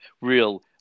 real